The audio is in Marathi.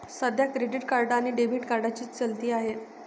सध्या क्रेडिट कार्ड आणि डेबिट कार्डची चलती आहे